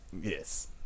Yes